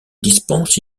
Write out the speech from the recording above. dispense